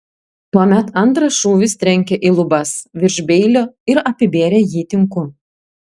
tuomet antras šūvis trenkė į lubas virš beilio ir apibėrė jį tinku